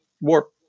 warp